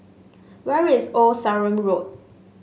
where is Old Sarum Road